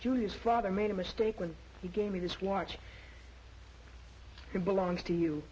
his father made a mistake when he gave me this watch it belongs to you